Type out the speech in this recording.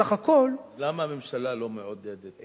אז למה הממשלה לא מעודדת?